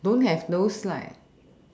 don't have those like